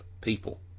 people